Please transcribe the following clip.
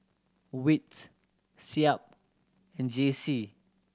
wits SEAB and J C